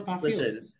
Listen